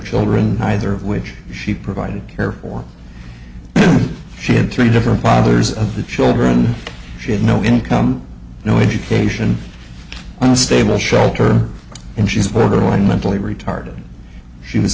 children neither of which she provided care for she had three different fathers of the children she had no income no education unstable shelter and she's were the one mentally retarded she was